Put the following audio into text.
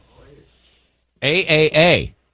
A-A-A